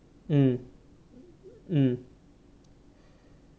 mm mm